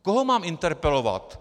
Koho mám interpelovat?